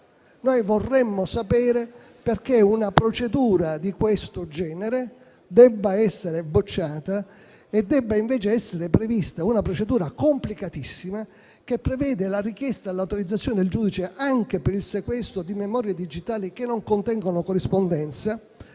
Noi vorremmo sapere perché una procedura di questo genere debba essere bocciata e debba invece esserne prevista una complicatissima, che prevede la richiesta e l'autorizzazione del giudice anche per il sequestro di memorie digitali che non contengono corrispondenza,